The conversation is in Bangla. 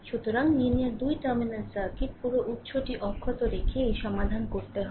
সুতরাং লিনিয়ার 2 টার্মিনাল সার্কিট পুরো উৎসটি অক্ষত রেখে এই সমাধান করতে হবে